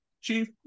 Chief